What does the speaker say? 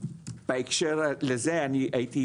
בהקשר לזה אני הייתי,